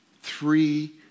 Three